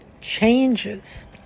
changes